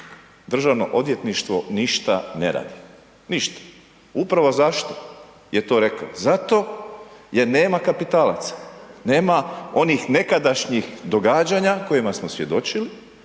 pa kaže DROH ništa ne radi, ništa. Upravo zašto je to rekao? Zato jer nema kapitalaca, nema onih nekadašnjih događanja kojima smo svjedočili